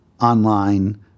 online